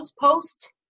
Post